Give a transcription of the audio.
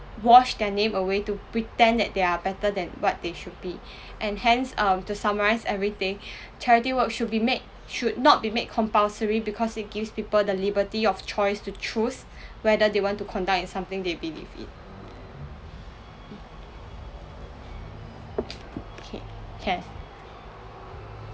wash their name away to pretend that they're better than what they should be and hence um to summarise everything charity work should be made should not be made compulsory because it gives people the liberty of choice to choose whether they want to conduct in something they believe in okay can